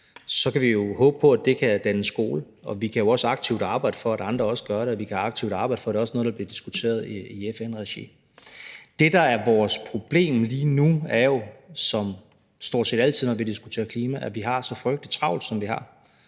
så kan vi jo håbe på, at det kan danne skole. Vi kan jo også aktivt arbejde for, at andre også gør det. Og vi kan aktivt arbejde for, at det også er noget, der bliver diskuteret i FN-regi. Det, der er vores problem lige nu, er jo som stort set altid, når vi diskuterer klima, at vi har så frygtelig travlt, som vi har.